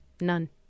None